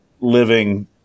living